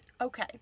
Okay